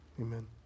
Amen